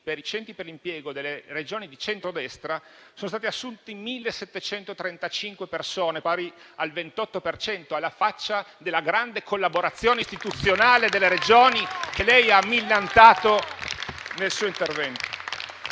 per i centri per l'impiego delle Regioni di centrodestra, sono state assunte 1.735 persone, pari al 28 per cento. Alla faccia della grande collaborazione istituzionale delle Regioni che lei ha millantato nel suo intervento.